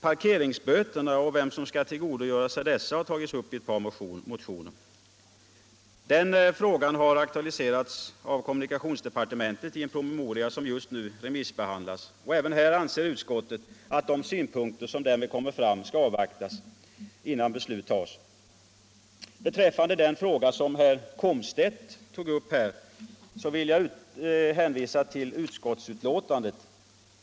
Parkeringsböterna och vem som skall tillgodogöra sig dessa har tagits upp i ett par motioner. Den frågan har aktualiserats av kommunikationsdepartementet i en promemoria som just nu remissbehandlas. Även här anser utskottet att de synpunkter som därmed kommer fram skall avvaktas innan beslut fattas. Beträffande den fråga som herr Komstedt tog upp vill jag hänvisa till utskottsbetänkandet.